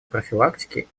профилактики